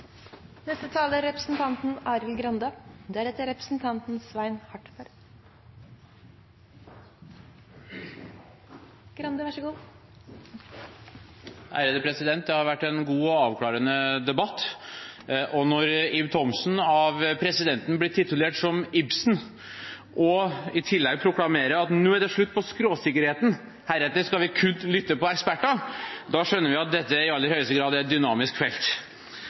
Det har vært en god og avklarende debatt, og når Ib Thomsen av presidenten blir titulert som «Ibsen», og han i tillegg proklamerer at nå er det slutt på skråsikkerheten, heretter skal vi kun lytte til eksperter, da skjønner vi at dette i aller høyeste grad er et dynamisk felt.